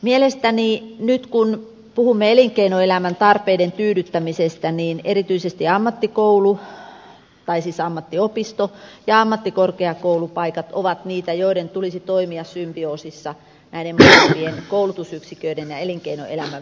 mielestäni nyt kun puhumme elinkeinoelämän tarpeiden tyydyttämisestä erityisesti ammattiopisto ja ammattikorkeakoulupaikat ovat niitä joiden tulisi toimia symbioosissa näiden koulutusyksiköiden ja elinkeinoelämän välillä